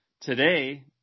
today